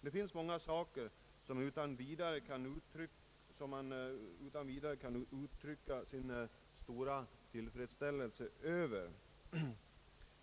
Det finns många saker som man utan vidare kan uttrycka sin stora tillfredsställelse med,